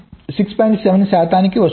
7 శాతానికి వస్తుంది